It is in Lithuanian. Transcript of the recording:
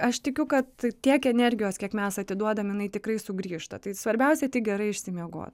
aš tikiu kad tiek energijos kiek mes atiduodam jinai tikrai sugrįžta tai svarbiausia tik gerai išsimiego